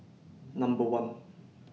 Number one